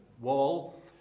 wall